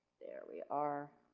there we are.